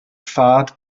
fad